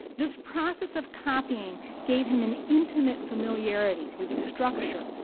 this process of copying gave him an intimate familiarity with the structure,